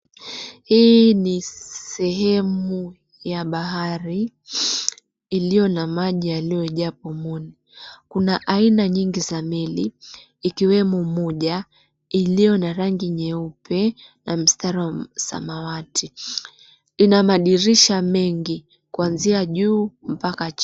Hii ni sehemu ya bahari iliyo na maji yaliyojaa pomoni. Kuna aina nyingi za meli ikiwemo moja iliyo na rangi nyeupe na mstari wa samawati. Ina madirisha mengi kuanzia juu mpaka chini.